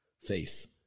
face